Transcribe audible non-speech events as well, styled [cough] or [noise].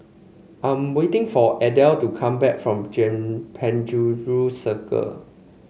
I am waiting for Adelle to come back from [unintelligible] Penjuru Circle